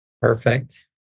Perfect